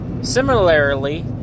similarly